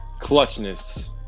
clutchness